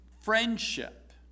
friendship